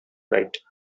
right